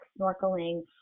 snorkeling